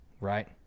right